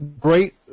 great